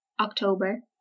October